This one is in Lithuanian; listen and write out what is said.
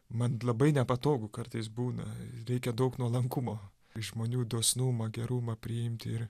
man labai nepatogu kartais būna reikia daug nuolankumo iš žmonių dosnumą gerumą priimt ir